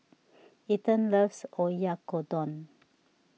Ethen loves Oyakodon